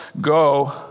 go